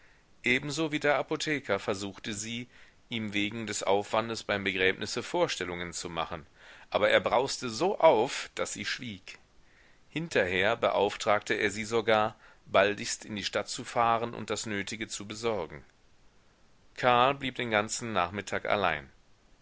ebenso wie der apotheker versuchte sie ihm wegen des aufwandes beim begräbnisse vorstellungen zu machen aber er brauste so auf daß sie schwieg hinterher beauftragte er sie sogar baldigst in die stadt zu fahren und das nötige zu besorgen karl blieb den ganzen nachmittag allein